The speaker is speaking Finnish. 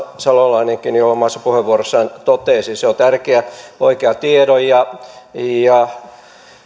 salolainenkin jo omassa puheenvuorossaan totesi se on tärkeä oikean tiedon ja ja